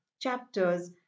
chapters